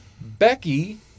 Becky